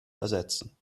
ersetzen